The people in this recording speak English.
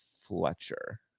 Fletcher